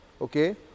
Okay